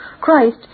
Christ